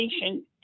patient